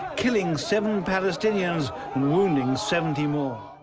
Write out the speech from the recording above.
killing seven palestinians and wounding seventy more.